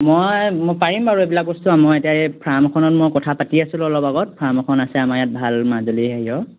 মই মই পাৰিম বাৰু এইবিলাক বস্তু মই এতিয়া এই ফাৰ্ম এখনত মই কথা পাতি আছিলোঁ অলপ আগত ফাৰ্মখন আছে আমাৰ ইয়াত ভাল মাজুলী হেৰিয়ৰ